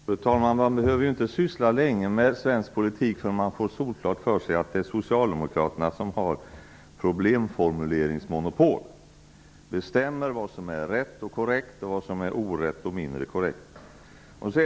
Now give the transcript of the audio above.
Fru talman! Man behöver inte syssla länge med svensk politik förrän man får helt klart för sig att Socialdemokraterna har problemformuleringsmonopol och bestämmer vad som är rätt och korrekt och vad som är orätt och mindre korrekt.